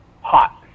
hot